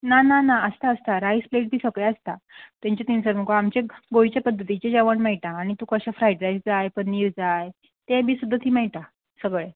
ना ना ना आसता आसता रायस प्लेट बी सगळें आसता तेंचे थिंनसर मुगो आमचें गोंयचे पद्दतीचें जेवण मेळटा आणी तुका अशें फ्रायड रायस जाय पनीर जाय तें बी सुद्दां थीं मेळटा सगळें